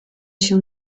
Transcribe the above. się